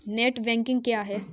Net banking क्या है?